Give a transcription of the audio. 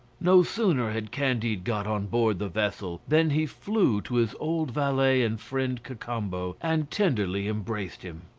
no sooner had candide got on board the vessel than he flew to his old valet and friend cacambo, and tenderly embraced him.